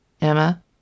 Emma